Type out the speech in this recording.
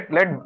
Let